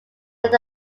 not